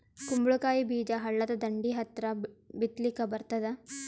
ಕುಂಬಳಕಾಯಿ ಬೀಜ ಹಳ್ಳದ ದಂಡಿ ಹತ್ರಾ ಬಿತ್ಲಿಕ ಬರತಾದ?